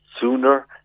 sooner